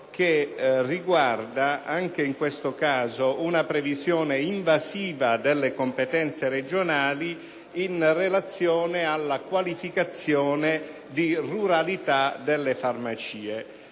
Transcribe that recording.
che anche in questo caso reca una previsione invasiva delle competenze regionali, in relazione alla qualificazione di ruralità delle farmacie.